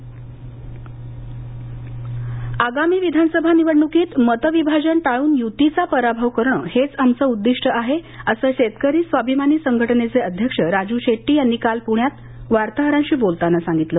स्वाभिमानी संघटना आगामी विधानसभा निवडणुकीत मतविभाजन टाळून युतीचा पराभव करणं हेच आमचं उद्दिष्ट आहे असं शेतकरी स्वाभिमानी संघटनेचे अध्यक्ष राजू शेट्टी यांनी काल पुण्यात वार्ताहरांशी बोलताना सांगितलं